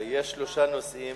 יש שלושה נושאים